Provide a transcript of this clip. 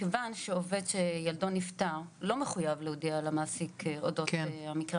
מכיוון שעובד שילדו נפטר לא מחויב להודיע למעסיק אודות המקרה